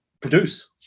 produce